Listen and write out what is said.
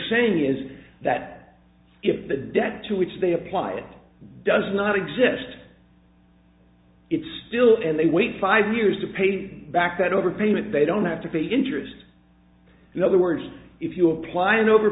saying is that if the debt to which they apply it does not exist it's still and they wait five years to pay back that overpayment they don't have to pay interest in other words if you apply an over